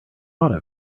bought